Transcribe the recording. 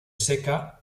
seca